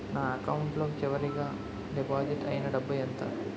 నా అకౌంట్ లో చివరిగా డిపాజిట్ ఐనా డబ్బు ఎంత?